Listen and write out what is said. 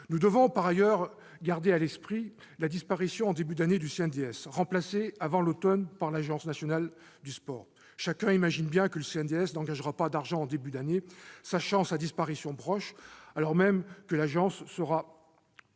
Nous devons par ailleurs garder à l'esprit la disparition en début d'année prochaine du CNDS, remplacé avant l'automne par l'agence nationale du sport, l'ANS. Chacun imagine bien que le CNDS n'engagera pas d'argent en début d'année, sachant sa disparition proche, et alors que l'ANS sera